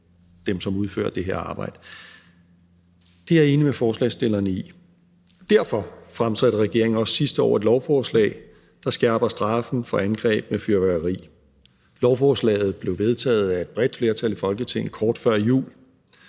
dem, som udfører det her arbejde. Det er jeg enig med forslagsstillerne i. Derfor fremsatte regeringen også sidste år et lovforslag, der skærper straffen for angreb med fyrværkeri. Lovforslaget blev vedtaget af et bredt flertal i Folketinget kort før jul.